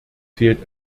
fehlt